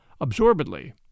absorbedly